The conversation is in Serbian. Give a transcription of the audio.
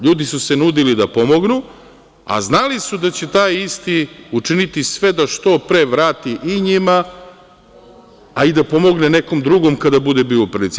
Ljudi su se nudili da pomognu, a znali su da će taj isti učiniti sve da što pre vrati i njima, a i da pomogne nekom drugom kada bude bio u prilici.